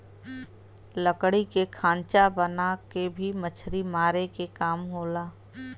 लकड़ी के खांचा बना के भी मछरी मारे क काम होला